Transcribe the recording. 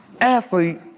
athlete